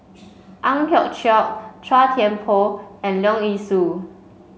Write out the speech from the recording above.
Ang Hiong Chiok Chua Thian Poh and Leong Yee Soo